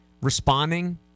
Responding